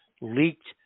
leaked